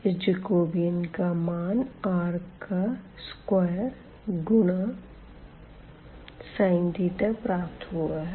इस जैकोबियन का मान r का वर्ग गुना sin प्राप्त हुआ है